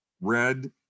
red